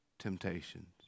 Temptations